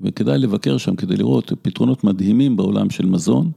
וכדאי לבקר שם כדי לראות פתרונות מדהימים בעולם של מזון.